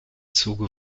zuge